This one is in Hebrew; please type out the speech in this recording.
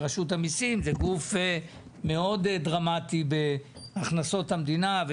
רשות המסים זה גוף מאוד דרמטי בהכנסות המדינה.